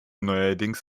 neuerdings